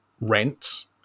rents